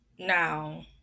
now